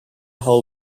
how